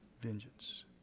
Vengeance